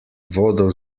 vodo